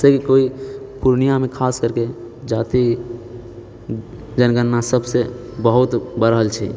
एहिसँ कोइ पूर्णियामे खास करके जाति जनगणना सभसँ बहुत बढ़ल छै